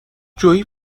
جویی